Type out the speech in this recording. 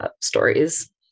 stories